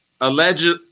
Alleged